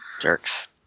Jerks